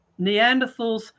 Neanderthals